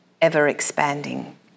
ever-expanding